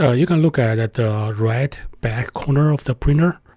ah you can look at at the right back corner of the printer,